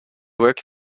work